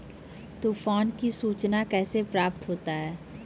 तुफान की सुचना कैसे प्राप्त होता हैं?